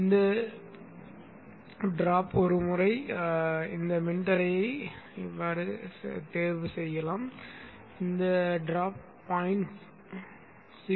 இந்த துளி ஒருமுறை இந்த மின்தடையை தேர்வு செய்யலாம் இந்த துளி 0